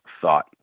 thought